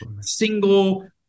single